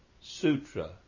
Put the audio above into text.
sutra